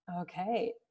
Okay